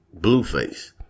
blueface